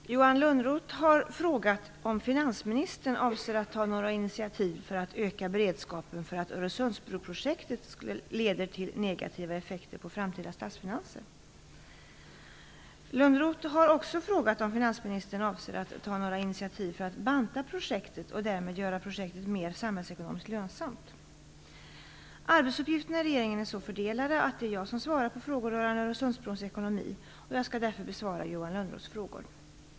Fru talman! Johan Lönnroth har frågat om finansministern avser att ta några initiativ för att öka beredskapen för att Öresundsbroprojektet leder till negativa effekter på framtida statsfinanser. Lönnroth har också frågat om finansministern avser att ta några initiativ för att banta projektet och därmed göra projektet mer samhällsekonomiskt lönsamt. Arbetsuppgifterna i regeringen är så fördelade att det är jag som svarar för frågor rörande Öresundsbrons ekonomi. Jag skall därför besvara Johan Lönnroths frågor.